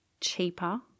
cheaper